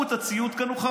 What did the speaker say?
מכרו את הציוד, קנו חמור,